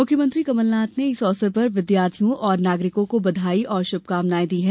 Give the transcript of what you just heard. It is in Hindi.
मुख्यमंत्री कमल नाथ ने इस अवसर पर विद्यार्थियों और नागरिकों को बधाई और श्भकामनाएं दी हैं